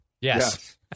Yes